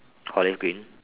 olive green